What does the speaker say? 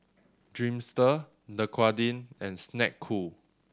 Dreamster Dequadin and Snek Ku